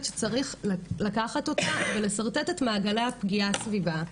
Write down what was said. שצריך לקחת אותה ולשרטט את מעגלי הפגיעה סביבה,